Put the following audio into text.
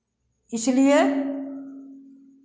इसलिए